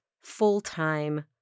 full-time